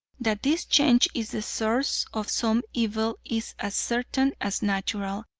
that this change is the source of some evil is as certain as natural,